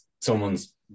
someone's